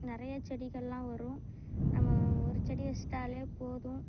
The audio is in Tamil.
நிறைய செடிகள்லாம் வரும் நம்ம ஒரு செடி வச்சுட்டாலே போதும்